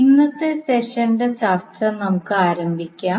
ഇന്നത്തെ സെഷന്റെ ചർച്ച നമുക്ക് ആരംഭിക്കാം